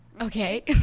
Okay